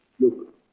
Look